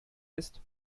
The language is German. ist